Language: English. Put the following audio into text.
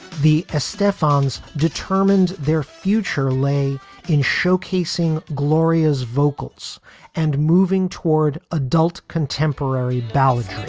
the stephane's determined their future lay in showcasing gloria's vocals and moving toward adult contemporary ballads.